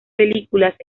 películas